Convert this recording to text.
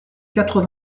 quatre